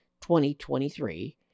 2023